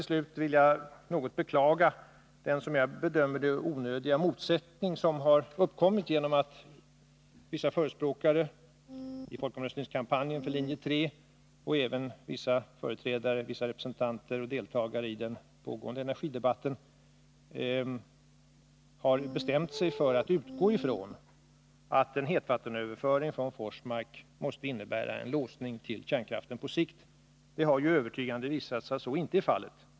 Låt mig beklaga den, som jag bedömer det, något onödiga motsättning som har uppkommit genom att vissa förespråkare för linje 3 i folkomröstningskampanjen samt vissa deltagare i den pågående energidebatten har bestämt sig för att utgå ifrån att en hetvattenöverföring från Forsmark måste innebära en låsning till kärnkraft på sikt. Det har ju övertygande påvisats att så inte är fallet.